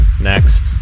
next